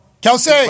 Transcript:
Kelsey